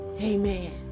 Amen